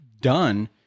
done